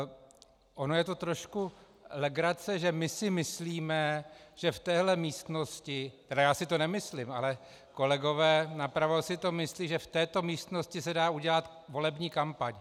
Ono je to trošku legrace, že my si myslíme, že v téhle místnosti tedy já si to nemyslím, ale kolegové napravo si to myslí že v této místnosti se dá udělat volební kampaň.